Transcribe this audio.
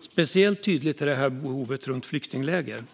Speciellt tydligt är detta behov runt flyktingläger.